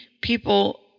people